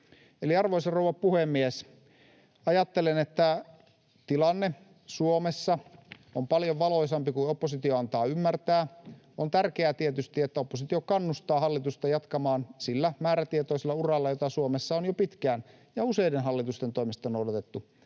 arvoisa rouva puhemies, ajattelen, että tilanne Suomessa on paljon valoisampi kuin oppositio antaa ymmärtää. On tärkeää tietysti, että oppositio kannustaa hallitusta jatkamaan sillä määrätietoisella uralla, jota Suomessa on jo pitkään ja useiden hallitusten toimesta noudatettu,